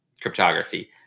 cryptography